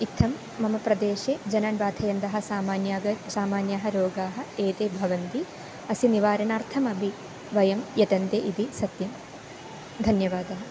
इत्थं मम प्रदेशे जनान् बाधयन्तः सामान्याः सामान्याः रोगाः एते भवन्ति अस्य निवारणार्थमपि वयं यतन्ते इति सत्यं धन्यवादः